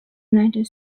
united